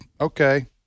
Okay